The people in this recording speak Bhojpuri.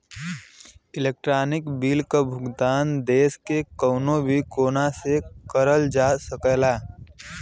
इलेक्ट्रानिक बिल क भुगतान देश के कउनो भी कोने से करल जा सकला